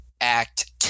act